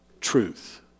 truth